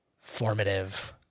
formative